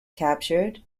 captured